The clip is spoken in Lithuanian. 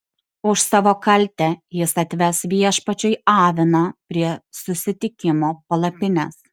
už savo kaltę jis atves viešpačiui aviną prie susitikimo palapinės